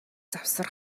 завсар